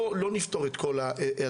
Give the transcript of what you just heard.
לא נפתור את כל הדברים.